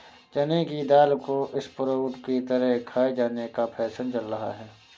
चने की दाल को स्प्रोउट की तरह खाये जाने का फैशन चल रहा है